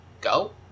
go